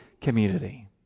community